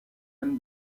anne